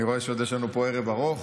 אני רואה שעוד יש לנו פה עוד ערב ארוך.